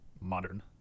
modern